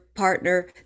partner